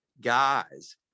guys